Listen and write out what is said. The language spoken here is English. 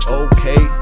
okay